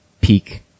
peak